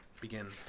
begin